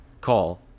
call